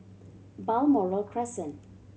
Balmoral Crescent